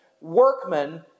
workmen